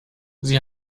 sie